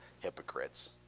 hypocrites